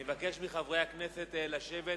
אני מבקש מחברי הכנסת לשבת